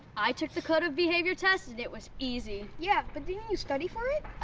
i took the code of behavior test and it was easy. yeah, but didn't you study for it?